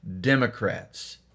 Democrats